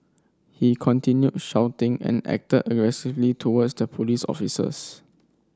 he continued shouting and acted aggressively towards the police officers